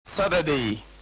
Saturday